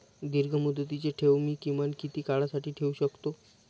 दीर्घमुदतीचे ठेव मी किमान किती काळासाठी ठेवू शकतो?